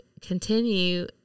continue